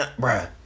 bruh